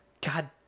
God